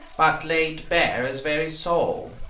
but laid bare his very soul.